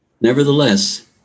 nevertheless